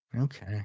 Okay